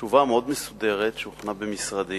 תשובה מאוד מסודרת שהוכנה במשרדי,